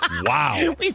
Wow